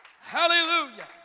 Hallelujah